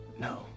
No